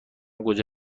گوجه